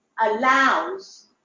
allows